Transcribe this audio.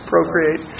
Procreate